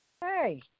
hey